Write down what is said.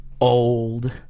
old